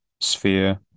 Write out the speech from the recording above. sphere